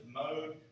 mode